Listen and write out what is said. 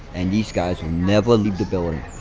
and these guys will never leave the building.